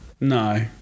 No